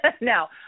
Now